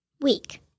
Week